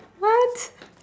what